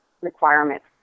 requirements